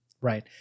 Right